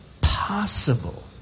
possible